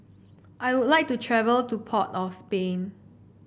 I would like to travel to Port of Spain